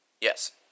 Yes